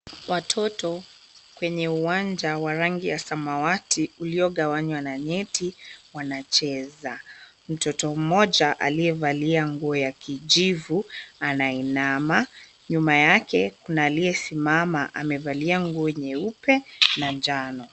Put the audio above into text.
Watoto kwenye uwanja wa rangi ya samawati uliogawanywa na neti wanacheza. Mtoto mmoja aliyevalia nguo ya kijivu anainama. Nyuma yake kuna aliyesimama amevalia nguo nyeupe na njano.